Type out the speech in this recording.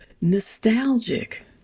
nostalgic